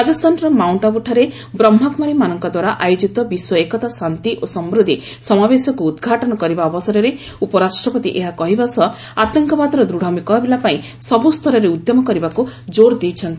ରାଜସ୍ଥାନର ମାଉଣ୍ଟଆବୁଠାରେ ବ୍ରହ୍ମାକୁମାରୀମାନଙ୍କ ଦ୍ୱାରା ଆୟୋଜିତ ବିଶ୍ୱ ଏକତା ଶାନ୍ତି ଓ ସମୃଦ୍ଧି ସମାବେଶକୁ ଉଦ୍ଘାଟନ କରିବା ଅବସରରେ ଉପରାଷ୍ଟ୍ରପତି ଏହା କହିବା ସହ ଆତଙ୍କବାଦର ଦୃଢ଼ ମୁକାବିଲା ପାଇଁ ସବୁ ସ୍ତରରେ ଉଦ୍ୟମ କରିବାକୁ ଜୋର ଦେଇଛନ୍ତି